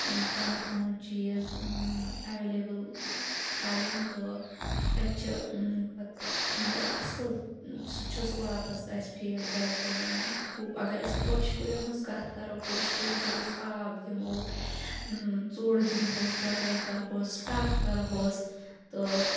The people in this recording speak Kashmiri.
پَنُن پَنُن چیٖز ایویلیبٕل تھاوُن تہٕ اَتہِ چھِ پَتہٕ مطلب اصل سُہ تہِ چھُس واپَس اَسہِ فیٖڈبیک دِوان اگر أسۍ پوشہِ کُلٮ۪ن ہٕنز کَتھ کَرو پوشہِ کُلِس ییٚلہِ أسۍ آب دِمو ژوٚڑ دِمہوس گُڑٲے کَرہوس ٹَک کَرہوس تہٕ